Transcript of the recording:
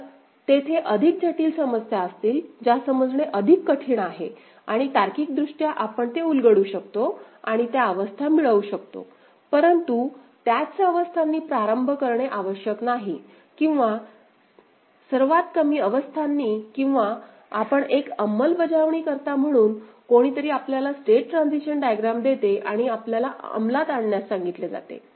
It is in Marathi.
तर तेथे अधिक जटिल समस्या असतील ज्या समजणे अधिक कठीण आहे आणि तार्किकदृष्ट्या आपण ते उलगडू शकतो आणि त्या अवस्था मिळवू शकतो परंतु त्याच अवस्थांनी प्रारंभ करणे आवश्यक नाही किंवा सर्वात कमी अवस्थांनी किंवा आपण एक अंमलबजावणीकर्ता म्हणून कोणीतरी आपल्याला स्टेट ट्रान्झिशन डायग्रॅम देते आणि आपल्याला अंमलात आणण्यास सांगितले जाते